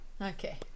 Okay